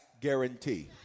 guarantee